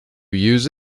use